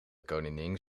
koningin